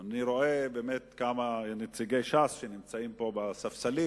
אני רואה באמת כמה נציגי ש"ס שנמצאים פה בספסלים,